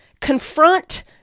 confront